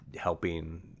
helping